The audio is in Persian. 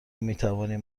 میتوانیم